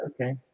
okay